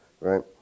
right